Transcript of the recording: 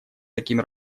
таким